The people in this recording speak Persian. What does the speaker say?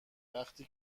وقتی